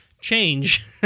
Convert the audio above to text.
change